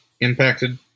impacted